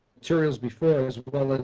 materials before as